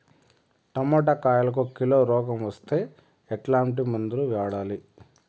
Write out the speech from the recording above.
Tomato కాయలకు kilo రోగం వస్తే ఎట్లాంటి మందులు వాడాలి?